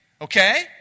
okay